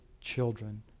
children